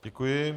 Děkuji.